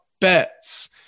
bets